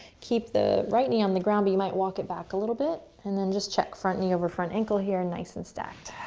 keep the right knee on the ground, but you might walk it back a little bit. and then just check front knee over front ankle, here, and nice and stacked.